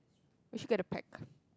we should get the pack